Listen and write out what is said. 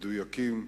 מדויקים,